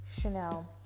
Chanel